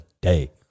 day